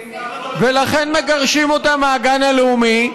ולכן מגרשים אותם מהגן הלאומי,